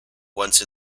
once